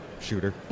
shooter